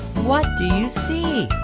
what do you see?